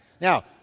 Now